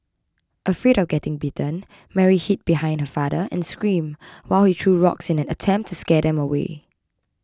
afraid of getting bitten Mary hid behind her father and screamed while he threw rocks in an attempt to scare them away